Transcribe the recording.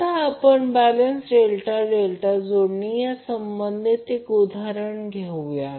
आता आपण balance delta delta जोडणी या संबंधी एक उदाहरण घेऊया